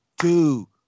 two